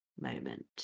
moment